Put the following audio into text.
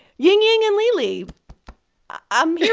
ying ying and le le, um yeah